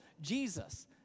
Jesus